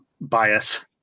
bias